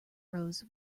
rose